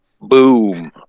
Boom